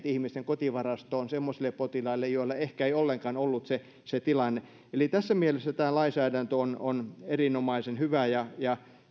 ihmisten kotivarastoon semmoisille potilaille joilla ehkä ei ollenkaan ollut se se tilanne eli tässä mielessä tämä lainsäädäntö on on erinomaisen hyvä ja ja